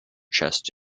chest